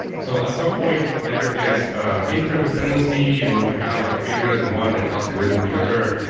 so at some point, there is ah interdependency, and you can have like failures in one that cause failures in the other.